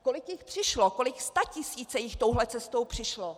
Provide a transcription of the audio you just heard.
Kolik jich přišlo, kolik statisíců jich touhle cestou přišlo?